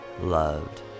loved